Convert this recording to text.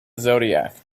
zodiac